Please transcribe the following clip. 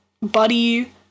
buddy